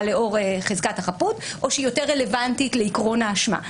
לאור חזקת החפות או שהיא יותר רלוונטית לעיקרון האשמה.